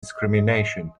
discrimination